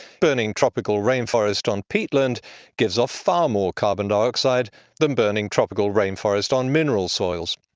burning tropical rainforest on peatland gives off far more carbon dioxide than burning tropical rainforest on mineral soils.